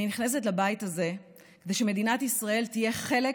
אני נכנסת לבית הזה כדי שמדינת ישראל תהיה חלק